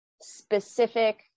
specific